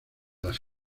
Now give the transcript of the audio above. las